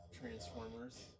Transformers